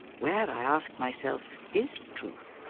where, i ask myself, is truth?